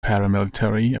paramilitary